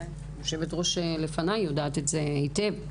יושבת-הראש שלפניי יודעת את זה היטב.